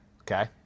okay